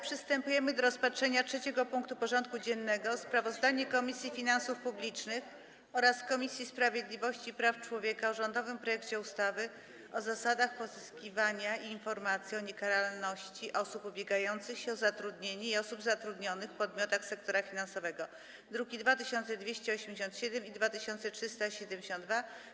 Przystępujemy do rozpatrzenia punktu 3. porządku dziennego: Sprawozdanie Komisji Finansów Publicznych oraz Komisji Sprawiedliwości i Praw Człowieka o rządowym projekcie ustawy o zasadach pozyskiwania informacji o niekaralności osób ubiegających się o zatrudnienie i osób zatrudnionych w podmiotach sektora finansowego (druki nr 2287 i 2372)